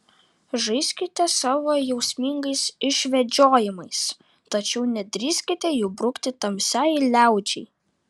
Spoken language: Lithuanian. žaiskite savo jausmingais išvedžiojimais tačiau nedrįskite jų brukti tamsiai liaudžiai